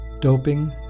doping